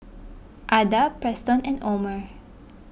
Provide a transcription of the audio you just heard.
Ada Preston and Omer